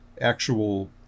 actual